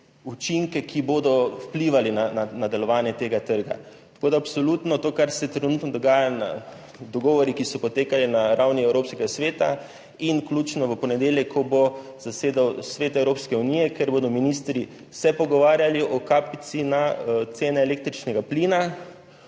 učinke, ki bodo vplivali na delovanje tega trga. Absolutno so to, kar se trenutno dogaja, dogovori, ki so potekali na ravni Evropskega sveta in vključno s tem, ko bo v ponedeljek zasedal Svet Evropske unije, kjer se bodo ministri pogovarjali o kapici na cene električnega plina,